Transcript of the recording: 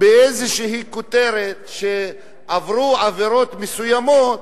באיזושהי כותרת, שעברו עבירות מסוימות,